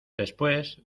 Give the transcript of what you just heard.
después